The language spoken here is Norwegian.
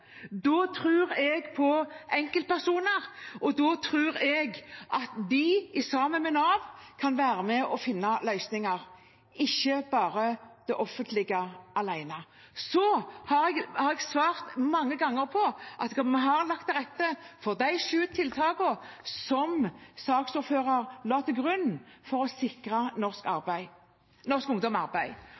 enkeltpersoner, og da tror jeg at de, sammen med Nav, kan være med og finne løsninger – ikke bare det offentlige alene. Så har jeg svart mange ganger på at vi har lagt til rette for de sju tiltakene som saksordføreren la til grunn for å sikre norsk ungdom arbeid.